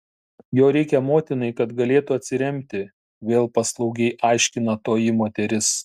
jo reikia motinai kad galėtų atsiremti vėl paslaugiai aiškina toji moteris